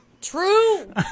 True